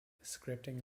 scripting